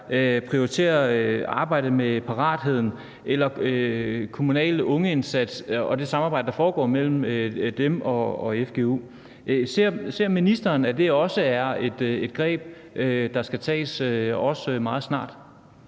prioritere arbejdet med paratheden eller den kommunale ungeindsats og det samarbejde, der foregår mellem dem og fgu. Ser ministeren, at det også er et greb, der skal tages meget snart?